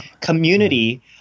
community